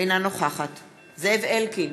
אינה נוכחת זאב אלקין,